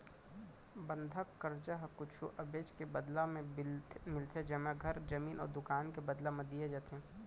बंधक करजा ह कुछु अबेज के बदला म मिलथे जेमा घर, जमीन अउ दुकान के बदला म दिये जाथे